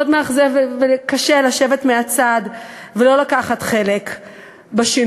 מאוד מאכזב וקשה לשבת מהצד ולא לקחת חלק בשינוי,